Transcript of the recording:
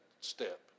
step